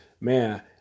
man